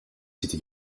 zitten